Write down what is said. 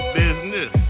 business